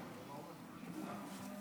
איתן, בניתי את הנאום אליך.